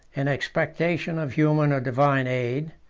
in expectation of human or divine aid,